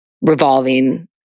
revolving